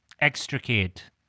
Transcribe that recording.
extricate